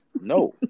no